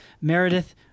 Meredith